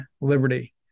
Liberty